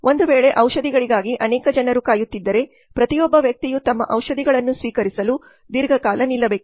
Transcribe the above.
ಒಂದು ವೇಳೆ ಔಷಧಿಗಳಿಗಾಗಿ ಅನೇಕ ಜನರು ಕಾಯುತ್ತಿದ್ದರೆಪ್ರತಿಯೊಬ್ಬ ವ್ಯಕ್ತಿಯು ತಮ್ಮ ಔಷಧಿಗಳನ್ನು ಸ್ವೀಕರಿಸಲು ದೀರ್ಘಕಾಲ ನಿಲ್ಲಬೇಕು